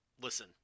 listen